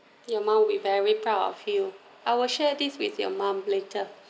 your mum will be very proud of you I will share this with your mum later